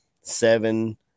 seven